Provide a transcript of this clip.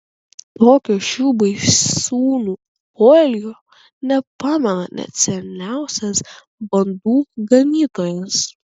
tokio šių baisūnų poelgio nepamena net seniausias bandų ganytojas